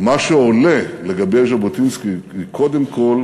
ומה שעולה לגבי ז'בוטינסקי הוא קודם כול